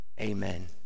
amen